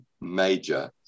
major